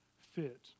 fit